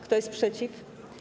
Kto jest przeciw?